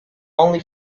only